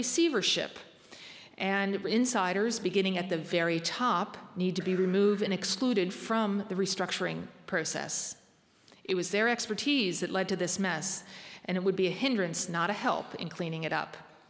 receivership and insiders beginning at the very top need to be removed and excluded from the restructuring process it was their expertise that led to this mess and it would be a hindrance not a help in cleaning it up